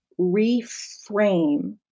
reframe